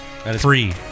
Three